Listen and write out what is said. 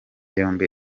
yombi